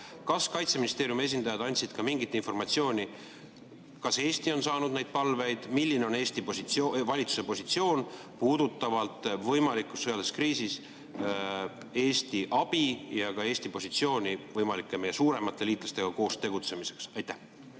Kas Kaitseministeeriumi esindajad andsid ka mingit informatsiooni, kas Eesti on saanud neid palveid? Milline on Eesti valitsuse positsioon, mis puudutab võimalikus sõjalises kriisis Eesti abi ja ka Eesti positsiooni meie suuremate liitlastega võimalikuks koos tegutsemiseks? Aitäh!